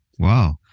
Wow